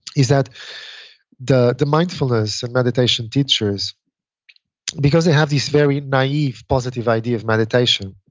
is that the the mindfulness and meditation teachers because they have this very naive positive idea of meditation,